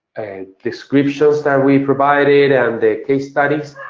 descriptions that we provided and the case studies.